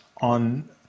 on